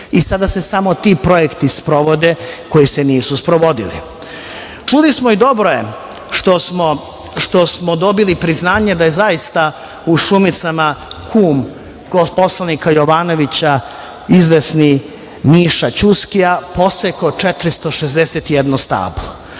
i sada se samo ti projekti sprovode koji se nisu sprovodili. Čuli smo i dobro je što smo dobili priznanje da je zaista u Šumicama kum poslanika Jovanovića, izvesni Miša Ćuskija, posekao 461 stablo. Čuli